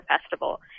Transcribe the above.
festival